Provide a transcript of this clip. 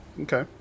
Okay